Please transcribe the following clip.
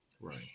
right